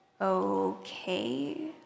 Okay